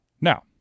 Now